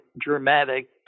dramatic